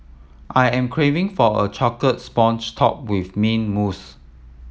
I am craving for a chocolate sponge topped with mint mousse